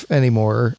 anymore